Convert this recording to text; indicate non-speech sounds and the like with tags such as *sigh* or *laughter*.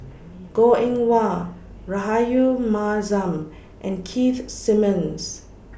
*noise* Goh Eng Wah Rahayu Mahzam and Keith Simmons